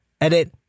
Edit